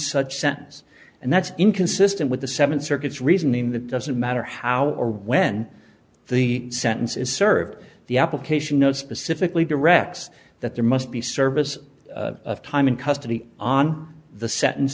such sentence and that's inconsistent with the seven circuits reasoning that doesn't matter how or when the sentence is served the application know specifically directs that there must be service time in custody on the sentence